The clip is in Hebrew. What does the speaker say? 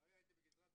הלוואי והיינו יכולים.